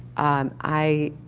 um i.